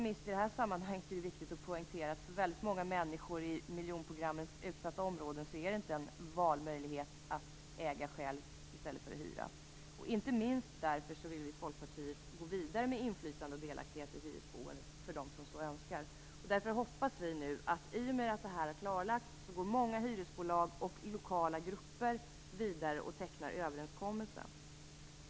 I det här sammanhanget är det inte minst viktigt att poängtera att för väldigt många människor i miljonprogrammens utsatta områden är det inte en valmöjlighet att äga själv i stället för att hyra. Inte minst därför vill vi i Folkpartiet gå vidare med inflytande och delaktighet i hyresboendet för dem som så önskar. I och med att det här har klarlagts, hoppas vi nu att många hyresbolag och lokala grupper går vidare och tecknar överenskommelser.